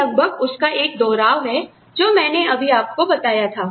यह लगभग उसका एक दोहराव है जो मैंने अभी आपको बताया था